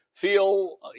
feel